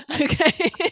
Okay